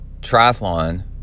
triathlon